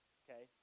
okay